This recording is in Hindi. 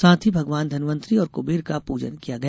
साथ ही भगवान धनवंतरी और कुंबेर का पूजन किया गया